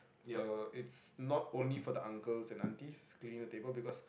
so it's not only for the uncles and aunties cleaning the tables because